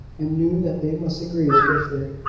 and knew that they must agree to differ.